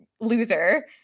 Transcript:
loser